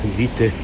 dite